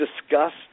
discussed